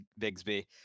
Bigsby